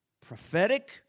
Prophetic